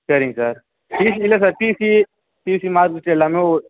சரிங்க sir TC இல்லை sir TC TC mark list எல்லாமே ஒரு